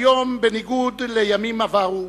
היום, בניגוד לימים עברו,